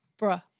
Bruh